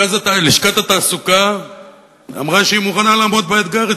לשכת התעסוקה אמרה שהיא מוכנה לעמוד באתגר,